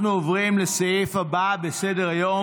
אנחנו עוברים לסעיף הבא בסדר-היום,